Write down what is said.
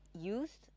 youth